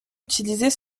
utilisés